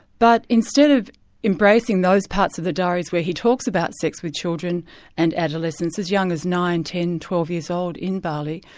but instead of embracing those parts of the diaries where he talks about sex with children and adolescents as young as nine, ten, twelve years old in bali,